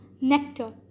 nectar